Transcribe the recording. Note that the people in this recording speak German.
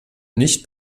nicht